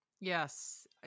Yes